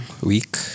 week